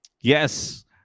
Yes